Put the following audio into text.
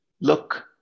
Look